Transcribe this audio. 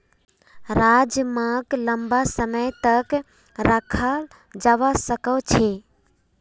राजमाक लंबा समय तक रखाल जवा सकअ छे